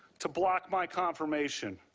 to block my confirmation.